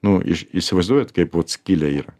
nu iš įsivaizduojat kaip vot skylė yra